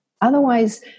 otherwise